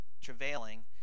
travailing